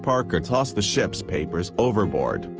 parker toss the ship's papers overboard,